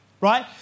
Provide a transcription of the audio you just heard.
right